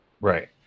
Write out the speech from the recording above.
right